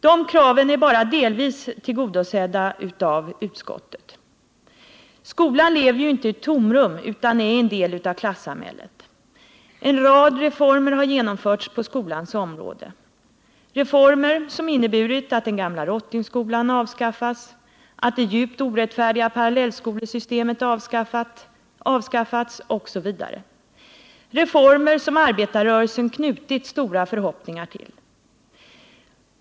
Dessa krav är bara delvis tillgodosedda av utskottet. Skolan lever ju inte i ett tomrum utan är en del av klassamhället. En rad reformer har genomförts på skolans område. Det har varit reformer som inneburit att den gamla rottingskolan avskaffats, att det djupt orättfärdiga parallellskolesystemet avskaffats, osv. Det har varit reformer som arbetarrörelsen knutit stora förhoppningar till.